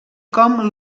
com